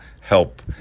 help